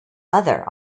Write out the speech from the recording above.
other